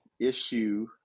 issue